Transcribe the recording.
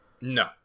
No